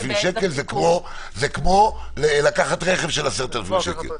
שקל זה כמו לקחת רכב של 10,000 שקל.